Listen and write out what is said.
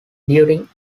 during